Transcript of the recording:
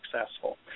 successful